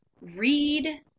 read